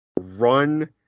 run